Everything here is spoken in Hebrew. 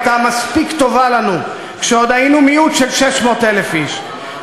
הייתה מספיק טובה לנו כשעוד היינו מיעוט של 600,000 איש.